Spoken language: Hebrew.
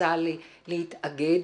שרוצה להתאגד,